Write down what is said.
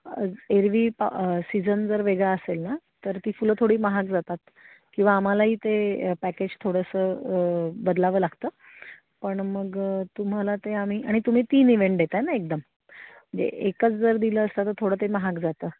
एरवी सीझन जर वेगळा असेल ना तर ती फुलं थोडी महाग जातात किंवा आम्हालाही ते पॅकेज थोडंसं बदलावं लागतं पण मग तुम्हाला ते आम्ही आणि तुम्ही तीन इव्हेंट देत आहे ना एकदम जे एकच जर दिलं असतं तर थोडं ते महाग जातं